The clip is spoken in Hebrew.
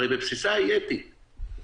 הרי בבסיסה היא אתית.